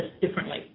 differently